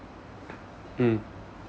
mm